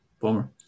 Bummer